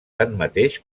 tanmateix